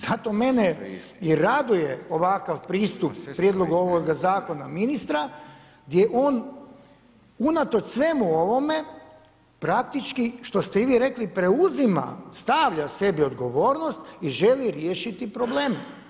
Zato mene i raduje ovakav pristup prijedlogu ovoga zakona ministra gdje on unatoč svemu ovome praktički što ste i vi rekli preuzima, stavlja sebi odgovornost i želi riješiti probleme.